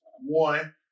one